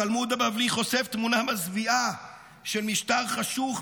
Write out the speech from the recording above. התלמוד הבבלי חושף תמונה מזוויעה של משטר חשוך,